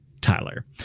Tyler